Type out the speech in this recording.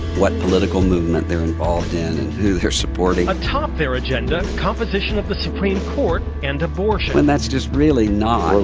what political movement they're involved in and who they're supporting atop their agenda composition of the supreme court and abortion. when that's just really not.